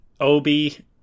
obi